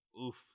Oof